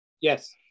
Yes